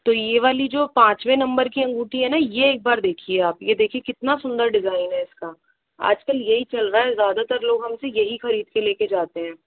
तो यह वाली जो पाँचवे नंबर की अंगूठी है न यह एक बार देखिये आप यह देखिये कितना सुंदर डिज़ाईन है इसका आजकल यही चल रहा है ज़्यादातर लोग हमसे यही खरीदकर लेकर जाते है